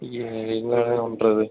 எ என்னண்ணா பண்ணுறது